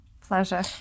Pleasure